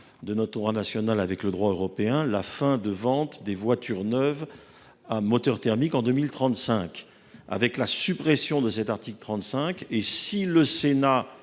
de sa cohérence avec le droit européen, la fin de la vente des voitures neuves à moteur thermique en 2035. La suppression de cet article, si le Sénat